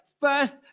first